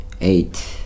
eight